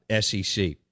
SEC